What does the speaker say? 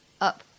up